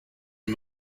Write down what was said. and